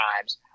times